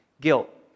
guilt